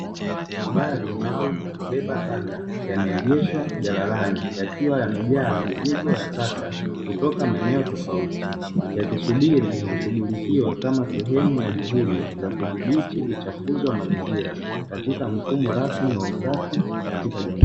Magari maalum ya kubeba taka yameegeshwa jalalani yakiwa yamejaa mizigo ya taka kutoka maeneo tofauti ya kisubiri kushughulikiwa kama sehemu ya juhudi za kudhibiti uchafuzi wa mazingira katika mfumo rasmi wa usafi katika jamii.